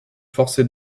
forcé